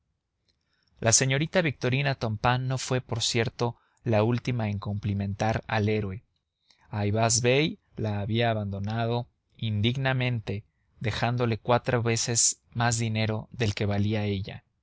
la señorita victorina tompain no fue por cierto la última en cumplimentar al héroe ayvaz bey la había abandonado indignamente dejándole cuatro veces más dinero del que valía ella